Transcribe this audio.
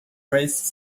dress